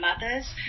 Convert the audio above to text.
mothers